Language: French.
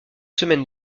semaines